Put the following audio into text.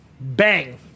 Bang